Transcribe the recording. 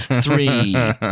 three